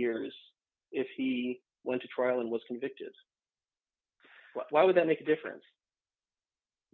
years if he went to trial and was convicted why would that make a difference